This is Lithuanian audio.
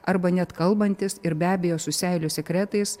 arba net kalbantis ir be abejo su seilių sekretais